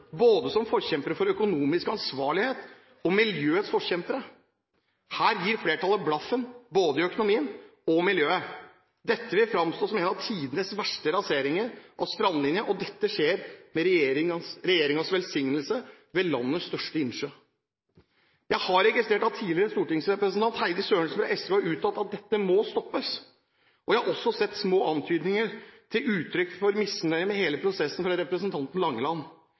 som både forkjempere for økonomisk ansvarlighet og miljøets forkjempere. Her gir flertallet blaffen både i økonomien og i miljøet. Dette vil fremstå som en av tidenes verste raseringer av strandlinjen ved landets største innsjø, og dette skjer med regjeringens velsignelse. Jeg har registrert at tidligere stortingsrepresentant Heidi Sørensen fra SV har uttalt at dette må stoppes, og jeg har også sett små antydninger til uttrykk for misnøye med hele prosessen fra representanten Langeland.